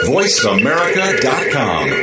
VoiceAmerica.com